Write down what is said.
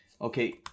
Okay